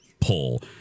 pull